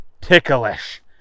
ticklish